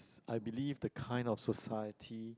I believe the kind of society